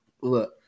Look